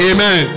Amen